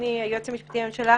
אדוני היועץ המשפטי לממשלה,